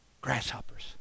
grasshoppers